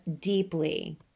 deeply